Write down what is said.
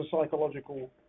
psychological